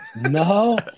No